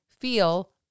feel